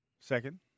second